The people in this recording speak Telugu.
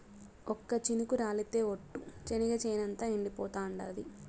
ఒక్క చినుకు రాలితె ఒట్టు, చెనిగ చేనంతా ఎండిపోతాండాది